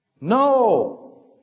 No